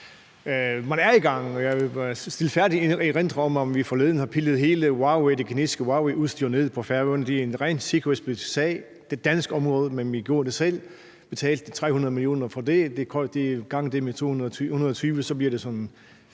Man er i gang, og jeg må stilfærdigt erindre om, at vi forleden har pillet alt det kinesiske Huaweiudstyr ned på Færøerne. Det er en rent sikkerhedspolitisk sag. Det er et dansk område, men vi gjorde det selv og betalte 300 mio. kr. for det. Hvis man ganger det med 220, bliver det 36 mia.